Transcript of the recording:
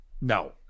no